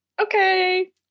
Okay